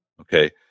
Okay